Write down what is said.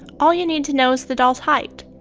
all you need to know is the doll's height.